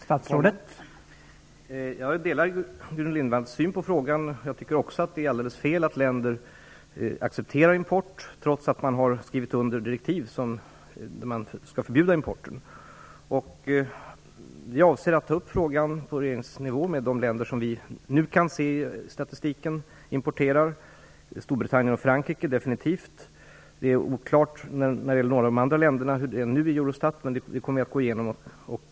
Herr talman! Jag delar Gudrun Lindvalls syn på frågan. Jag tycker också att det är helt fel att länder accepterar import trots att man har skrivit under direktiv om att import skall förbjudas. Vi avser att ta upp frågan på regeringsnivå med de länder som enligt statistiken importerar. Det gäller definitivt Storbritannien och Frankrike. Det är litet oklart i Eurostat när det gäller några av de andra länderna, men det kommer vi att gå igenom.